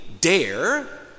dare